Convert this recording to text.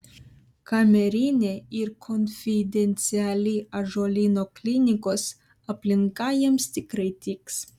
kamerinė ir konfidenciali ąžuolyno klinikos aplinka jiems tikrai tiks